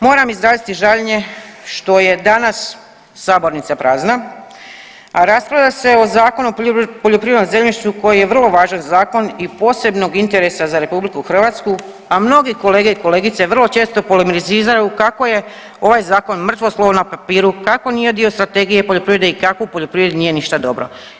Moram izraziti žaljenje što je danas sabornica prazna, a rasprava se o Zakonu o poljoprivrednom zemljištu koji je vrlo važan zakon i posebnog interesa za RH, a mnogi kolege i kolegice vrlo često polemiziraju kako je ovaj zakon mrtvo slovo na papiru, kako nije dio strategije i poljoprivrede i kako u poljoprivredi nije ništa dobro.